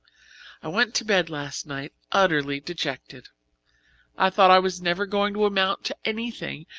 i went to bed last night utterly dejected i thought i was never going to amount to anything,